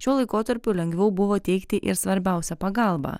šiuo laikotarpiu lengviau buvo teikti ir svarbiausią pagalbą